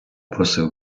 просив